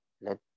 Let